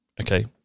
Okay